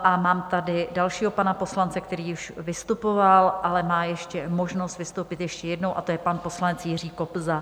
A mám tady dalšího pana poslance, který již vystupoval, ale má možnost vystoupit ještě jednou, a to je pan poslanec Jiří Kobza.